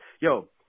Yo